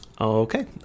okay